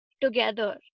together